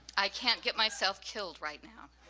i can't get myself killed right now.